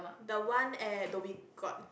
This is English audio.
the one at Dhoby-Ghaut